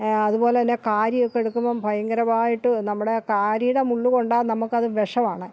അതുപോലെ തന്നെ കാരിയൊക്കെ എടുക്കുമ്പോൾ ഭയങ്കരമായിട്ട് നമ്മുടെ കാരിയുടെ മുള്ള് കൊണ്ടാൽ നമുക്കത് വിഷമാണ്